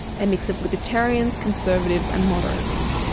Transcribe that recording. a mix of libertarians, conservatives and moderates.